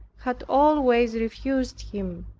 had always refused him.